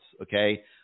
Okay